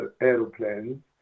airplanes